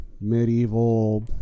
Medieval